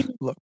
look